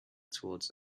towards